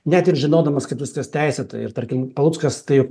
net ir žinodamas kad viskas teisėta ir tarkim paluckas tai